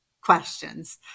questions